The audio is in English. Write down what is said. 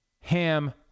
Ham